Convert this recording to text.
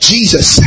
Jesus